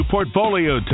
Portfolio